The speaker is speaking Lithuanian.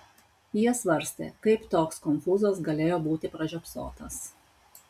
jie svarstė kaip toks konfūzas galėjo būti pražiopsotas